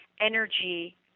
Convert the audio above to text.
energy